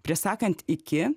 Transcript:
prieš sakant iki